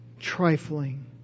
trifling